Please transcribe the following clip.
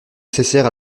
nécessaires